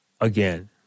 Again